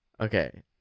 okay